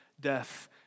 death